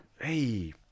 hey